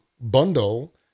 bundle